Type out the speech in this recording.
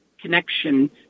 connection